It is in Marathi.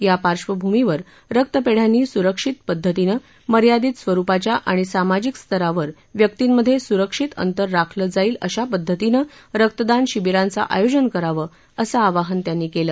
या पार्श्वभूमीवर रक्तपेढ्यांनी स्रक्षित पद्धतीनं मर्यादित स्वरुपाच्या आणि सामाजिक स्तरावर व्यक्तींमध्ये सुरक्षित अंतर राखलं जाईल अशा पद्धतीनं रक्तदान शिबीरांचं आयोजन करावं असं आवाहन त्यांनी केलं